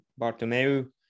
Bartomeu